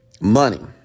Money